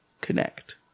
connect